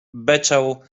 beczał